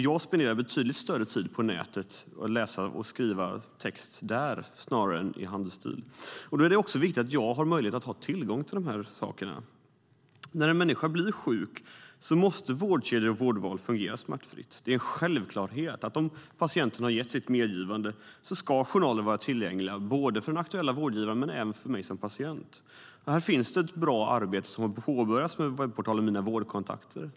Jag spenderar betydligt mer tid på nätet, att läsa och skriva text där. Då är det också viktigt att jag har tillgång till dessa saker. När en människa blir sjuk måste vårdkedja och vårdval fungera smärtfritt. Det är en självklarhet att om patienten ger sitt medgivande ska journalen vara tillgänglig både för den aktuella vårdgivaren och även för mig som patient. Här finns ett bra arbete som har påbörjats med webbportalen Mina vårdkontakter.